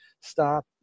stop